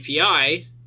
API